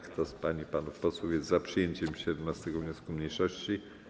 Kto z pań i panów posłów jest za przyjęciem 17. wniosku mniejszości?